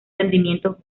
rendimientos